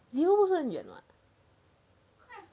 又不是很远